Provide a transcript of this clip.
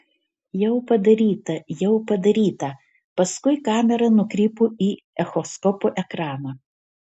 jau padaryta jau padaryta paskui kamera nukrypo į echoskopo ekraną